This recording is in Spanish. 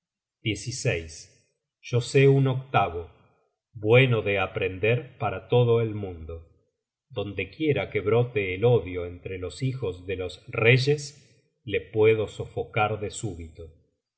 mágico yo sé un octavo bueno de aprender para todo el mundo donde quiera que brote el odio entre los hijos de los reyes le puedo sofocar de